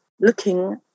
looking